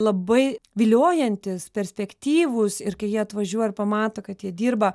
labai viliojantys perspektyvūs ir kai jie atvažiuoja ir pamato kad jie dirba